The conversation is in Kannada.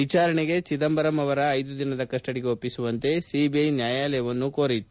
ವಿಚಾರಣೆಗೆ ಚಿದಂಬರಂ ಅವರ ಐದು ದಿನದ ಕಸ್ಸಡಿಗೆ ಒಪ್ಪಿಸುವಂತೆ ಸಿಬಿಐ ನ್ನಾಯಾಲಯವನ್ನು ಕೋರಿತ್ತು